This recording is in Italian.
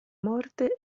morte